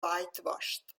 whitewashed